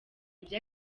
ibyo